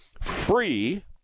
free